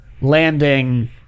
landing